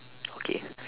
okay